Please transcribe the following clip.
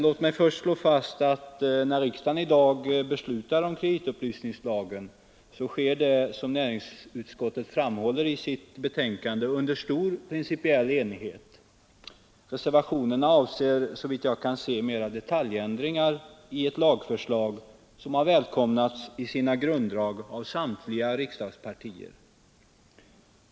Låt mig först slå fast att när riksdagen i dag beslutar om kreditupplysningslagen, så sker det som näringsutskottet framhåller i sitt betänkande under stor principiell enighet. Reservationerna avser, såvitt jag kan se, främst detaljändringar i ett lagförslag som har välkomnats i sina grunddrag av samtliga riksdagspartier.